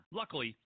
Luckily